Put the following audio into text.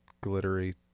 glittery